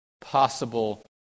possible